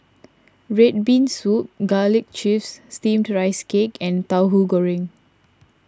Red Bean Soup Garlic Chives Steamed Rice Cake and Tahu Goreng